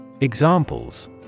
Examples